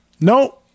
No